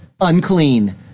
unclean